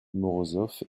morozov